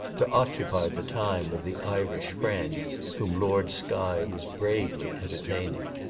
to occupy the time of the irish friend whom lord skye was bravely entertaining.